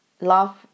love